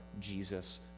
Jesus